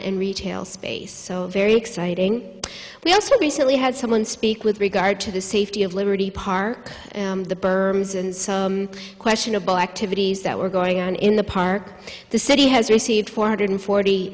and retail space very exciting we also recently had someone speak with regard to the safety of liberty park the berms and questionable activities that were going on in the park the city has received four hundred forty